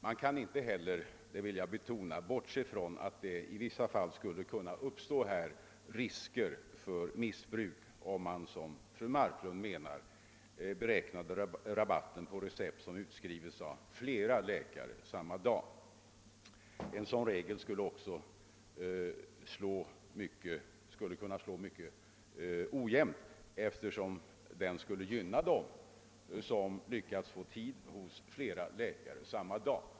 Man kan inte heller, det vill jag betona, bortse från att det i vissa fall skulle kunna uppstå risker för missbruk om man, som fru Marklund menar, beräknade rabatten på recept som skrivits ut av flera läkare samma dag. En sådan regel skulle också kunna slå mycket ojämnt, eftersom den skulle gynna dem som har lyckats få tid hos flera läkare samma dag.